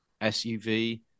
SUV